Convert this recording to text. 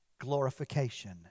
glorification